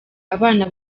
abana